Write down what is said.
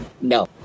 No